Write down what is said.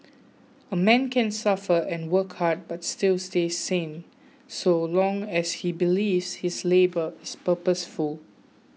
a man can suffer and work hard but still stay sane so long as he believes his labour is purposeful